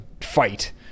fight